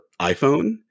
iPhone